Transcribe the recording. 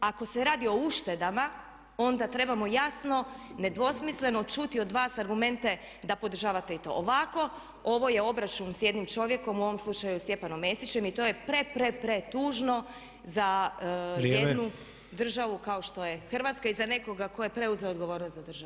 Ako se radi o uštedama, onda trebamo jasno, nedvosmisleno čuti od vas argumente da podržavate i to ovako, ovo je obračun s jednim čovjekom u ovom slučaju Stjepanom Mesićem i to je pre, pre, pretužno za jednu državu kao što je Hrvatska i za nekoga tko je preuzeo odgovornost za državu.